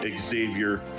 Xavier